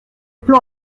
plan